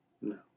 no